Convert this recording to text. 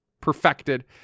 perfected